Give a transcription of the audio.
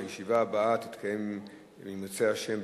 הישיבה הבאה תתקיים, אם ירצה השם,